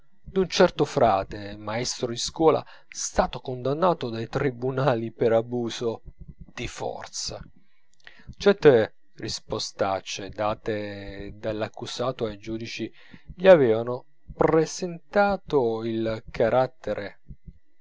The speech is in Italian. provincia d'un certo frate maestro di scuola stato condannato dai tribunali per abuso di forza certe rispostaccie date dall'accusato ai giudici gli avevano presentato il carattere